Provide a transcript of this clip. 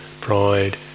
pride